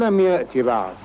let me ask you about